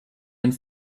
and